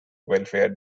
welfare